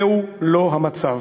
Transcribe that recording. זהו לא המצב.